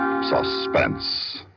suspense